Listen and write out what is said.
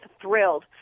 thrilled